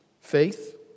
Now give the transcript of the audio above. faith